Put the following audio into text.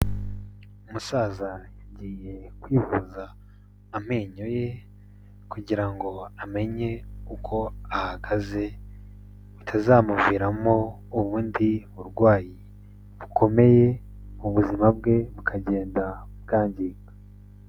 Umusaza yagiye kwivuza amenyo ye, kugira ngo amenye uko ahagaze bitazamuviramo ubundi burwayi bukomeye, ubuzima bwe bukagenda bwangirika.